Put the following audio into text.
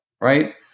right